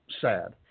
sad